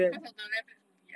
because of the netflix movie ah